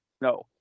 No